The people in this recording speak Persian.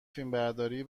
فیلمبرداری